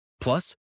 Plus